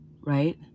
right